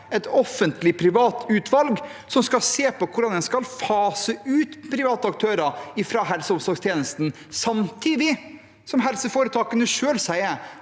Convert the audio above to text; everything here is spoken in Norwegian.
et offentlig-privat utvalg, som skal se på hvordan en skal fase ut private aktører fra helse- og omsorgstjenesten. Samtidig sier helseforetakene selv at